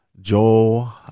Joel